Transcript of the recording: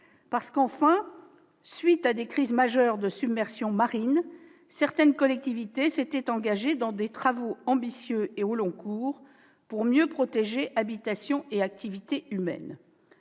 Par ailleurs, à la suite de crises majeures de submersion marine, certaines collectivités s'étaient engagées dans des travaux ambitieux et au long cours, pour mieux protéger habitations et activités humaines.